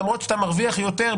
למרות שאתה מרוויח יותר,